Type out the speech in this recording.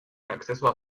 acceso